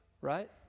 right